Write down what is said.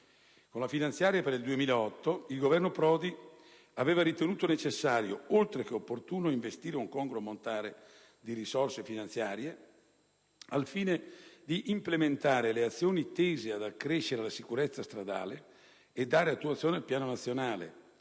Con la legge finanziaria per il 2008, il Governo Prodi aveva ritenuto necessario, oltre che opportuno, investire un congruo ammontare di risorse finanziarie al fine di implementare le azioni tese ad accrescere la sicurezza stradale e dare attuazione al piano nazionale,